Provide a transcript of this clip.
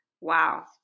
wow